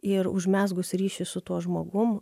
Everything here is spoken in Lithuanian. ir užmezgus ryšį su tuo žmogum